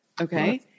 okay